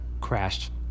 crashed